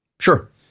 Sure